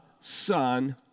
Son